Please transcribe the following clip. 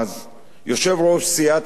יושב-ראש סיעת קדימה,